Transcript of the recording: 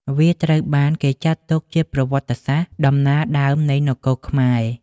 វាត្រូវបានគេចាត់ទុកជាប្រវត្តិសាស្រ្តដំណាលដើមនៃនគរខ្មែរ។